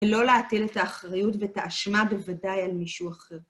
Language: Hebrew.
ולא להטיל את האחריות ואת האשמה בוודאי על מישהו אחר.